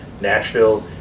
Nashville